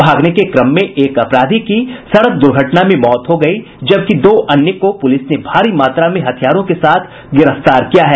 भागने के क्रम में एक अपराधी की सड़क द्र्घटना में मौत हो गयी जबकि दो अन्य को पुलिस ने भारी मात्रा में हथियारों के साथ गिरफ्तार किया है